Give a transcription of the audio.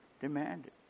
demanded